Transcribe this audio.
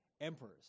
emperors